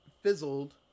fizzled